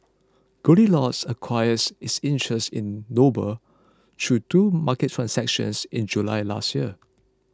Goldilocks acquired its interest in Noble through two market transactions in July last year